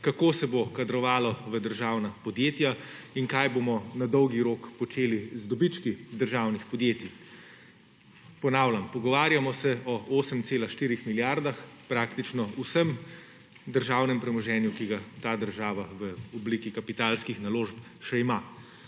kako se bo kadrovalo v državna podjetja in kaj bomo na dolgi rok počeli z dobički državnih podjetij. Ponavljam, pogovarjamo se o 8,4 milijarde, praktično o vsem državnem premoženju, ki ga ta država v obliki kapitalskih naložb še ima.